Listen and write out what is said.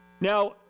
Now